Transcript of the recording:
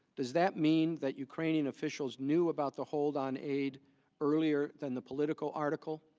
does that mean that ukrainian officials knew about the hold on aid earlier than the political article?